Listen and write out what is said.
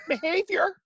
behavior